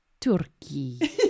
Turkey